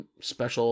special